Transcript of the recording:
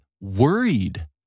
worried